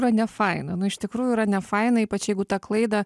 yra nefaina nu iš tikrųjų yra nefaina ypač jeigu tą klaidą